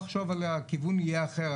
הכיוון יהיה אחר.